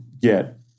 get